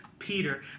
Peter